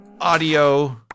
audio